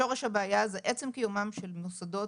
שורש הבעיה זה עצם קיומם של מוסדות,